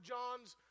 John's